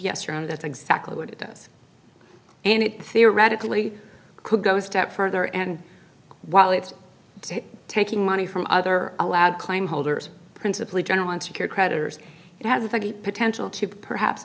yes or no that's exactly what it does and it theoretically could go a step further and while it's taking money from other allowed claim holders principally general and secure creditors it has the potential to perhaps